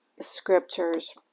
scriptures